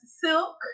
Silk